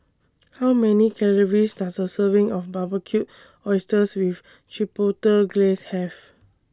How Many Calories Does A Serving of Barbecued Oysters with Chipotle Glaze Have